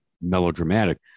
melodramatic